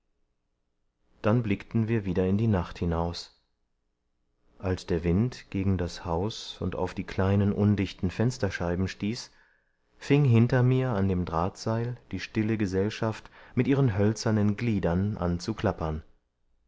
dann blickten wir wieder in die nacht hinaus als der wind gegen das haus und auf die kleinen undichten fensterscheiben stieß fing hinter mir an dem drahtseil die stille gesellschaft mit ihren hölzernen gliedern an zu klappern